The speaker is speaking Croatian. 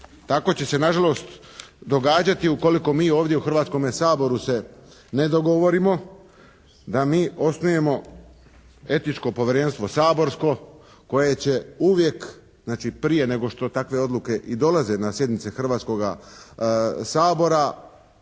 Tako će se na žalost događati ukoliko mi ovdje u Hrvatskom saboru se ne dogovorimo da mi osnujemo etičko povjerenstvo saborsko koje će uvijek, znači prije nego što takve odluke i dolaze na sjednice Hrvatskoga sabora,